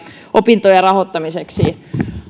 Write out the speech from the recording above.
opintojen rahoittamiseksi